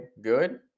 good